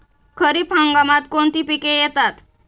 खरीप हंगामात कोणती पिके येतात?